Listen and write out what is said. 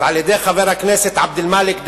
ועל-ידי חבר הכנסת עבד-אלמאלכ דהאמשה.